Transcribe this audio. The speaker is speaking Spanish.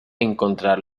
encontrar